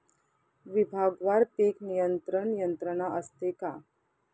विभागवार पीक नियंत्रण यंत्रणा असते का?